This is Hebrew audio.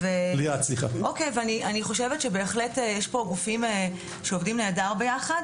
ואני חושבת שבהחלט יש פה גופים שעובדים נהדר ביחד,